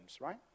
right